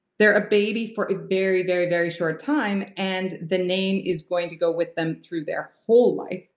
they're a baby for a very very very short time. and the name is going to go with them through their whole life.